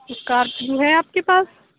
Scorpio ہے آپ کے پاس